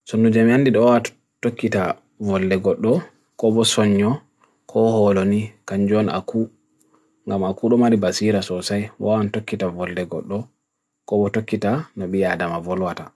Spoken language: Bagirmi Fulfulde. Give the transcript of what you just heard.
Sunnu jamiyan dido wa atukita voli degoddo ko bo sanyo, ko holoni, kanjon aku nama akurumari basira so say wa anukita voli degoddo ko bo tokita nabiya adama volo ata